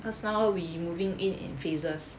cause now we moving in phases